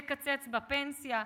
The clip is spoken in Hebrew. לקצץ בפנסיה,